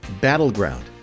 battleground